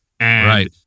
Right